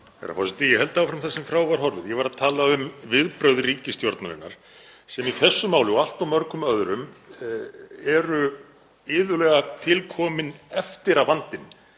Ég held áfram þar sem frá var horfið. Ég var að tala um viðbrögð ríkisstjórnarinnar sem í þessu máli og allt of mörgum öðrum eru iðulega til komin eftir að vandinn